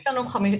יש לנו כחמישים.